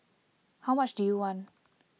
how much do you want